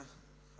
תודה,